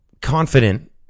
confident